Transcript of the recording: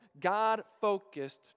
God-focused